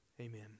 Amen